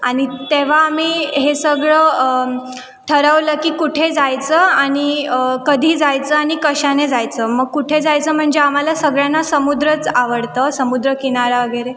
आणि तेव्हा आम्ही हे सगळं ठरवलं की कुठे जायचं आणि कधी जायचं आणि कशाने जायचं मग कुठे जायचं म्हणजे आम्हाला सगळ्यांना समुद्रच आवडतं समुद्र किनारा वगैरे